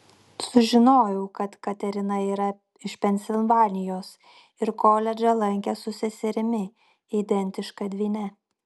sužinojau kad katerina yra iš pensilvanijos ir koledžą lankė su seserimi identiška dvyne